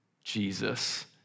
Jesus